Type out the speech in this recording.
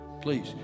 please